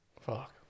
Fuck